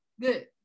Good